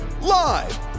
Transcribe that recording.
Live